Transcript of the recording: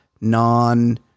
non